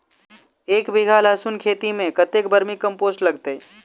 एक बीघा लहसून खेती मे कतेक बर्मी कम्पोस्ट लागतै?